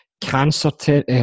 Cancer